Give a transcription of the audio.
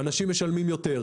אנשים משלמים יותר.